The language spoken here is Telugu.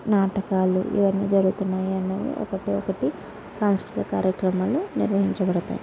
నాటకాలు ఇవన్నీ జరుగుతున్నాయి అన్నవి ఒకటి ఒకటి సాంస్కృతిక కార్యక్రమాలు నిర్వహించబడతాయి